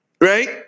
Right